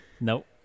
Nope